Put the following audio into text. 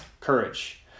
courage